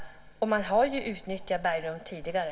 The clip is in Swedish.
Och man har utnyttjat bergrum tidigare.